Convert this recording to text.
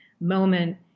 moment